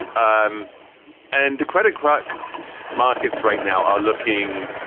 um and the credit crunch markets right now are looking.